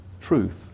Truth